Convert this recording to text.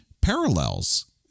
parallels